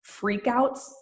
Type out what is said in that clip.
freakouts